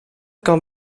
kan